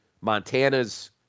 Montana's